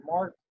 Mark